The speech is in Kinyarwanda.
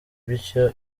bityo